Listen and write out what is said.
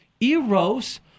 eros